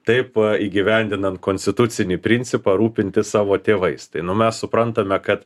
taip įgyvendinant konstitucinį principą rūpintis savo tėvais tai nu mes suprantame kad